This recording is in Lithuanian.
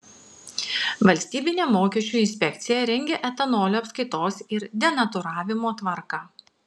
valstybinė mokesčių inspekcija rengią etanolio apskaitos ir denatūravimo tvarką